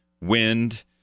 wind